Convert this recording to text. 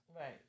Right